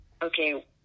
okay